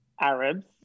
Arabs